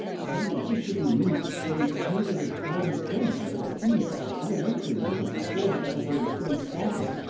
sentences should be used to show changes of time and place and a few such elementary matters before the episode is fully started.